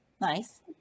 Nice